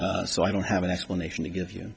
so i don't have an explanation to give you